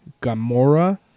Gamora